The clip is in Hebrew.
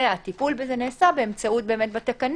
והטיפול בזה נעשה בתקנות,